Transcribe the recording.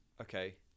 Okay